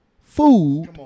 food